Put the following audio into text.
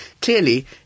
clearly